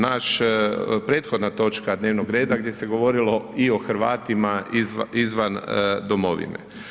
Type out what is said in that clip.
Naša prethodna točka dnevnog reda gdje se govorilo i o Hrvatima izvan domovine.